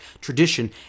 tradition